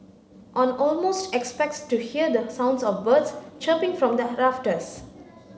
on almost expects to hear the sounds of birds chirping from the rafters